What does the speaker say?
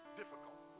difficult